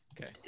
okay